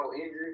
injured